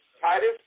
Titus